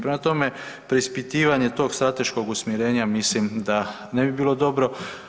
Prema tome, preispitivanje tog strateškog usmjerenja mislim da ne bi bilo dobro.